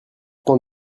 point